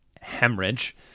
hemorrhage